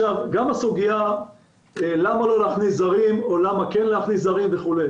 גם הסוגיה למה לא להכניס זרים או למה כן להכניס זרים וכו'.